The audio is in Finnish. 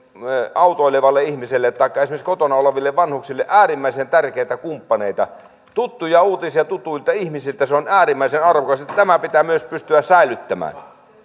autoilevalle ihmiselle taikka esimerkiksi kotona oleville vanhuksille äärimmäisen tärkeitä kumppaneita tuttuja uutisia tutuilta ihmisiltä se on äärimmäisen arvokasta ja tämä pitää myös pystyä säilyttämään